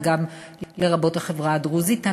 וגם לחברה הדרוזית.